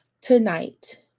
tonight